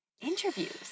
interviews